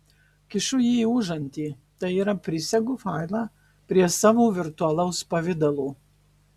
kišu jį į užantį tai yra prisegu failą prie savo virtualaus pavidalo